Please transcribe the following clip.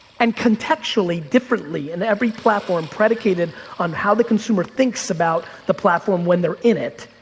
and contextually, differently, in every platform predicated on how the consumer thinks about the platform when they're in it.